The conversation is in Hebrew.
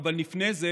אבל לפני זה